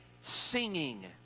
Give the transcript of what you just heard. singing